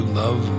love